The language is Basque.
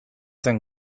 zen